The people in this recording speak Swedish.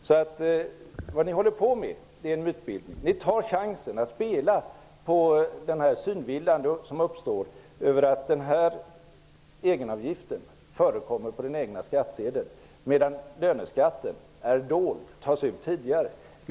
Det som ni håller på med är en mytbildning. Ni tar chansen att spela på den synvilla som uppstår genom att egenavgiften förekommer på den egna skattsedeln medan löneskatten tas ut tidigare och därför är dold.